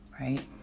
right